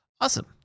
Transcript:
Awesome